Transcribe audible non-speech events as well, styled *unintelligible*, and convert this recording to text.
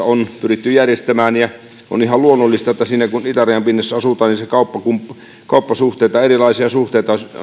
*unintelligible* on pyritty järjestämään ja on ihan luonnollista että kun siinä itärajan pinnassa asutaan niin kauppasuhteita ja erilaisia suhteita